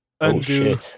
Undo